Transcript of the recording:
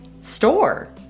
store